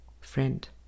Friend